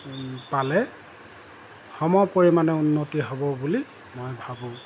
পালে সমপৰিমাণে উন্নতি হ'ব বুলি মই ভাবোঁ